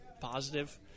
Positive